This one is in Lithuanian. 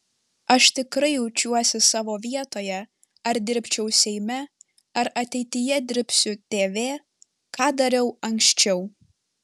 aš tikrai jaučiuosi savo vietoje ar dirbčiau seime ar ateityje dirbsiu tv ką dariau anksčiau